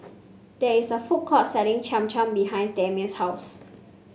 there is a food court selling Cham Cham behind Damon's house